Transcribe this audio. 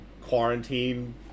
quarantine